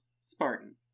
Spartan